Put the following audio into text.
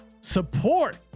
Support